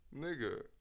nigga